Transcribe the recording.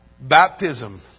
Baptism